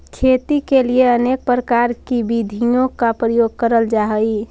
खेती के लिए अनेक प्रकार की विधियों का प्रयोग करल जा हई